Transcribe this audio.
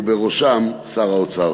ובראשם שר האוצר.